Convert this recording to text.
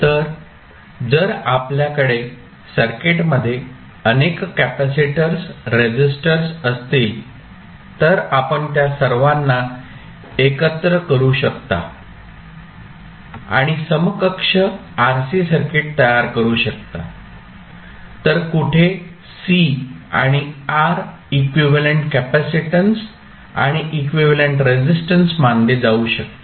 तर जर आपल्याकडे सर्किटमध्ये अनेक कॅपेसिटर्स रेसिस्टर्स असतील तर आपण त्या सर्वांना एकत्र करू शकता आणि समकक्ष RC सर्किट तयार करू शकता तर कुठे C आणि R इक्विव्हॅलेंट कॅपेसिटन्स आणि इक्विव्हॅलेंट रेसिस्टन्स मानले जाऊ शकतात